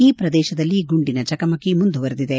ಈ ಪ್ರದೇಶದಲ್ಲಿ ಗುಂಡಿನ ಚಕಮಕಿ ಮುಂದುವರಿದಿದೆ